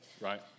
right